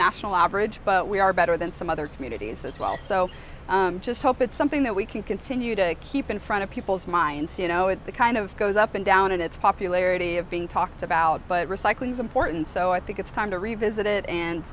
national average but we are better than some other communities as well so i just hope it's something that we can continue to keep in front of people's minds you know it's the kind of goes up and down in its popularity of being talked about but recycling is important so i think it's time to revisit it and